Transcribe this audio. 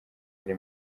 ari